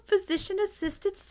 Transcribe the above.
physician-assisted